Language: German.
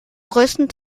größten